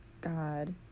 God